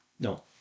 No